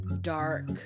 dark